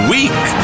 Week